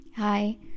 Hi